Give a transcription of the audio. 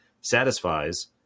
satisfies